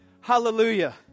Hallelujah